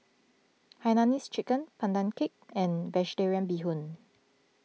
Hainanese Chicken Pandan Cake and Vegetarian Bee Hoon